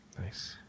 Nice